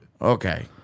Okay